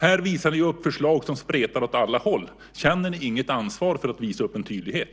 Ni visar upp förslag som spretar åt alla håll. Känner ni inget ansvar för att visa upp en tydlighet?